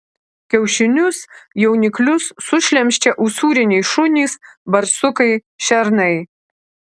kiaušinius jauniklius sušlemščia usūriniai šunys barsukai šernai